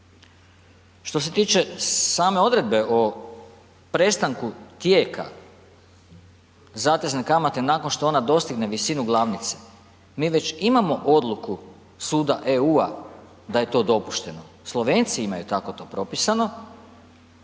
Što se tiče same odredbe o prestanku tijeka zatezne kamate nakon što ona dostigne visinu glavnice, mi već imamo odluku suda EU-a da je to dopušteno, Slovenci imaju tako to propisano